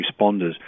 responders